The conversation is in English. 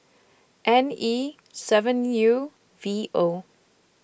N E seven U V O